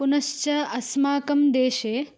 पुनश्च अस्माकं देशे